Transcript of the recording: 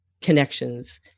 connections